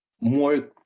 more